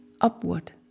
upward